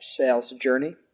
salesjourney